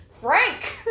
Frank